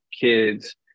kids